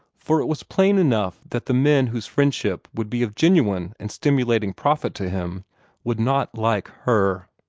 for it was plain enough that the men whose friendship would be of genuine and stimulating profit to him would not like her.